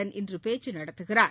வுடன் இன்று பேச்சு நடத்துகிறார்